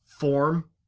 form